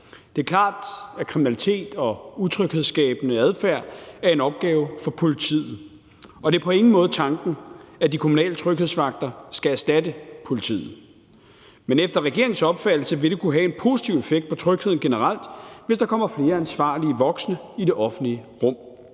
Det er klart, at kriminalitet og utryghedsskabende adfærd er en opgave for politiet, og det er på ingen måde tanken, at de kommunale tryghedsvagter skal erstatte politiet. Men efter regeringens opfattelse vil det kunne have en positiv effekt på trygheden generelt, hvis der kommer flere ansvarlige voksne i det offentlige rum.